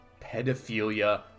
pedophilia